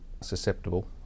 susceptible